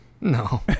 No